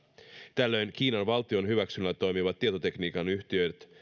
tällöin kiinan valtion hyväksynnällä toimivien tietotekniikan yhtiöiden